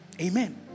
amen